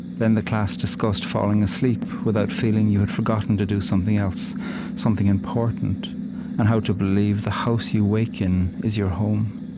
then the class discussed falling asleep without feeling you had forgotten to do something else something important and how to believe the house you wake in is your home.